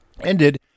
Ended